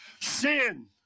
sin